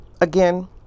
again